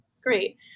Great